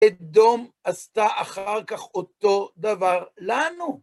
אדום עשתה אחר כך אותו דבר לנו.